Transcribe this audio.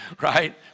right